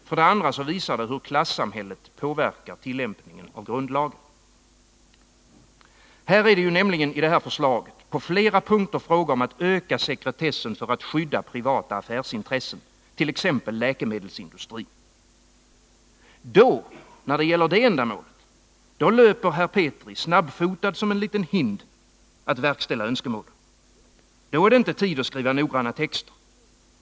För det andra visar det hur klassamhället påverkar tillämpningen av grundlagen. Här är det på flera punkter fråga om att öka sekretessen för att skydda privata affärsintressen, t.ex. läkemedelsindustrin. När det gäller det här ändamålet löper herr Petri, snabbfotad som en liten hind, att verkställa önskemålen. Då är det inte tid att skriva noggranna texter.